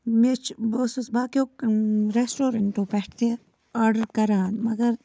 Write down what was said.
مےٚ چھِ بہٕ ٲسٕس باقیو رٮ۪شٹورَنٹو پٮ۪ٹھ تہِ آرڈَر کَران مگر